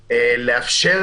לאפשר,